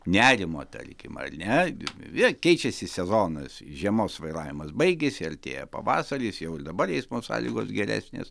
nerimo tarkim ar ne vėl keičiasi sezonas žiemos vairavimas baigiasi artėja pavasaris jau ir dabar eismo sąlygos geresnės